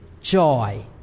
joy